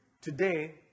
Today